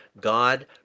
God